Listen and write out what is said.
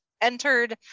entered